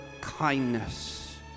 kindness